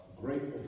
grateful